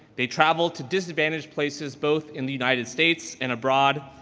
they traveled to disadvantaged places, both in the united states and abroad,